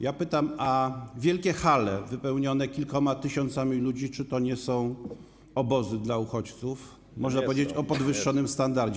Ja pytam: A wielkie hale wypełnione kilkoma tysiącami ludzi - czy to nie są obozy dla uchodźców, można powiedzieć, o podwyższonym standardzie?